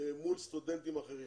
מול סטודנטים אחרים.